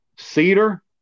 cedar